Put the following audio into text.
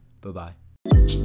Bye-bye